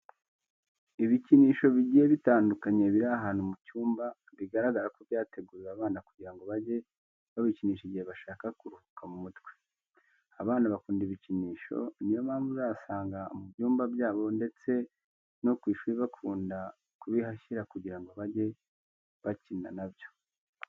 Ibikinisho bigiye bitandukanye biri ahantu mu cyumba bigaragara ko byateguriwe abana kugira ngo bajye babikinisha igihe bashaka kuruhuka mu mutwe. Abana bakunda ibikinisho, niyo mpamvu uzasanga mu byumba byabo ndetse no ku ishuri bakunda kubihashyira kugira ngo bajye bakina na byo.